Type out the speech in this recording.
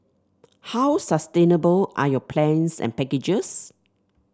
how sustainable are your plans and packages